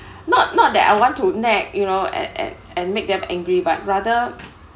not not that I want to nag you know and and and make them angry but rather